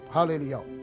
Hallelujah